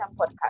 podcast